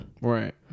Right